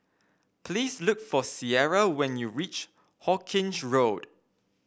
please look for Ciera when you reach Hawkinge Road